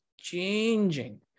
changing